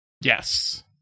Yes